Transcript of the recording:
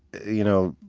you know,